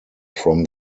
from